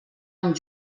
amb